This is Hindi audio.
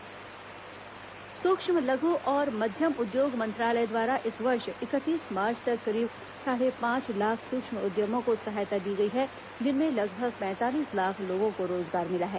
उद्यम रोजगार सूक्ष्म लघु और मध्यम उद्योग मंत्रालय द्वारा इस वर्ष इकतीस मार्च तक करीब साढ़े पांच लाख सूक्ष्म उद्यमों को सहायता दी गई है जिनमे लगभग पैंतालीस लाख लोगों को रोजगार मिला है